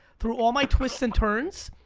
through all my twists and turns,